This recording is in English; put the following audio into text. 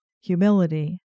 humility